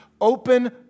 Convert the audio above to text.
Open